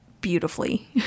beautifully